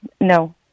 No